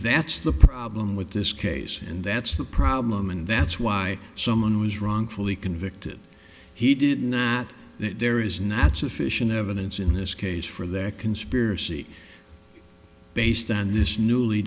that's the problem with this case and that's the problem and that's why someone was wrongfully convicted he did not that there is not sufficient evidence in this case for that conspiracy based on this newly